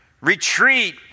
retreat